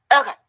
Okay